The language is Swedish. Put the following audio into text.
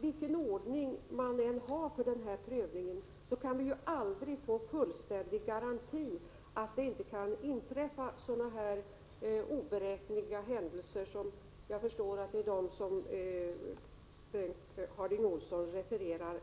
vilken ordning vi än har för den här prövningen går det aldrig att få några fullständiga garantier för att det inte kan inträffa sådana oberäkneliga Prot. 1987/88:76 händelser som jag förstår att Bengt Harding Olson syftar på.